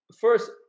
first